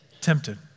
tempted